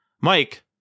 Mike